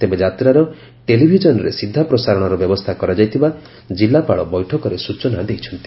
ତେବେ ଯାତ୍ରାର ଟେଲିଭିଜନ୍ରେ ସିଧା ପ୍ରସାରଶ ବ୍ୟବସ୍ଚା କରାଯାଇଥିବା ଜିଲ୍ଲାପାଳ ବୈଠକରେ ସ୍ଟଚନା ଦେଇଛନ୍ତି